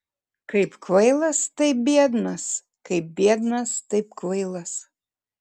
kaip kvailas taip biednas kaip biednas taip kvailas